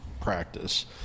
practice